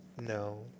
No